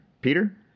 Peter